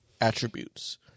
attributes